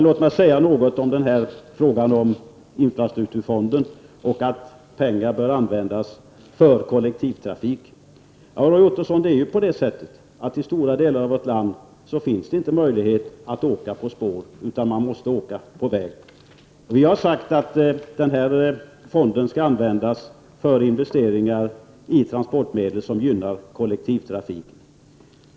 Låt mig säga något om infrastrukturfonden och att pengar bör användas för kollektivtrafik.I stora delar av vårt land finns inte möjligheter att åka på spår, utan man måste åka på väg. Vi har sagt att denna fond skall användas för investeringar i transportmedel som gynnar kollektivtrafik.